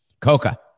Coca